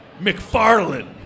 McFarland